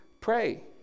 Pray